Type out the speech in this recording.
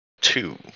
two